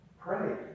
Pray